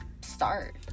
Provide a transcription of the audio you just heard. start